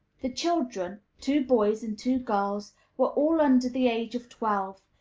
the children two boys and two girls were all under the age of twelve,